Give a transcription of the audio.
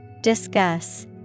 Discuss